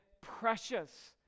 precious